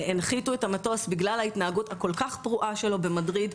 הנחיתו את המטוס בגלל ההתנהגות הכל-כך פרועה שלו במדריד,